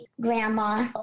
grandma